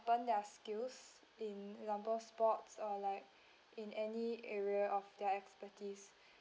their skills in example sports or like in any area of their expertise